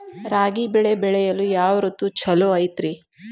ರಾಗಿ ಬೆಳೆ ಬೆಳೆಯಲು ಯಾವ ಋತು ಛಲೋ ಐತ್ರಿ?